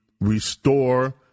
restore